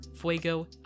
Fuego